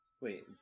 Wait